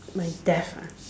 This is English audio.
my death ah